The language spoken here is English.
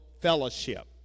fellowship